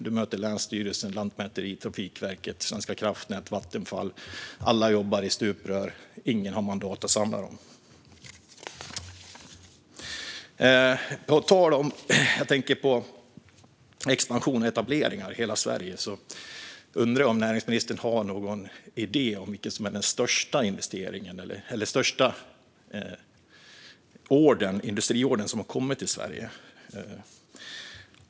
Du möter länsstyrelsen, Lantmäteriet, Trafikverket, Svenska kraftnät, Vattenfall - alla jobbar i stuprör, och ingen har mandat att samla dem. På tal om expansion och etableringar i hela Sverige undrar jag om näringsministern har någon idé om vilken som är den största industriorder som har kommit till Sverige.